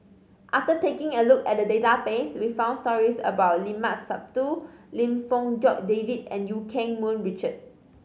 after taking a look at the database we found stories about Limat Sabtu Lim Fong Jock David and Eu Keng Mun Richard